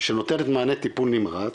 שנותנת מענה טיפול נמרץ,